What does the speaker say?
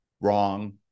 wrong